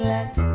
Let